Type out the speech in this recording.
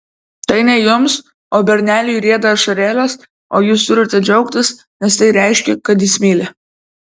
tai ne jums o berneliui rieda ašarėlės o jūs turite džiaugtis nes tai reiškia kad jis myli